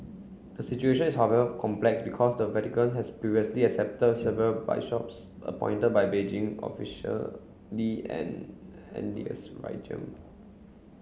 the situation is however complex because the Vatican has previously accepted several bishops appointed by Beijing officially an